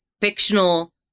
fictional